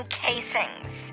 casings